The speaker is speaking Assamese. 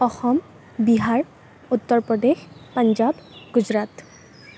অসম বিহাৰ উত্তৰ প্ৰদেশ পঞ্জাৱ গুজৰাট